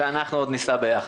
ואנחנו עוד ניסע ביחד.